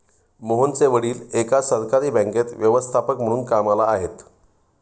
मोहनचे वडील एका सहकारी बँकेत व्यवस्थापक म्हणून कामला आहेत